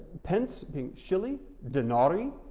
pence being shilly, denarii,